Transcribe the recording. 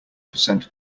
percent